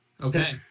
okay